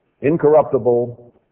incorruptible